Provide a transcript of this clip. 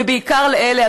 ובעיקר לאלה,